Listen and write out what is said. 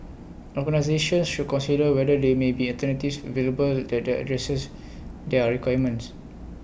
organisations should consider whether there may be alternatives available that the addresses their requirements